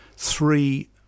three